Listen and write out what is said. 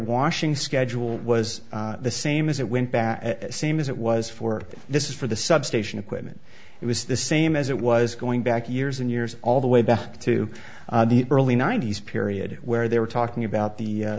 washing schedule was the same as it went back same as it was for this is for the substation equipment it was the same as it was going back years and years all the way back to the early ninety's period where they were talking about the